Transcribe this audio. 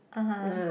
(uh huh)